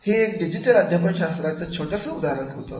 हे एक डिजिटल अध्यापन शास्त्राचं छोटसं उदाहरण होतं